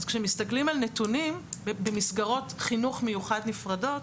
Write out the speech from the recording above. אז כשמסתכלים על נתונים במסגרות חינוך מיוחד נפרדות,